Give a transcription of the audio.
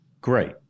Great